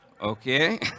Okay